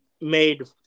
made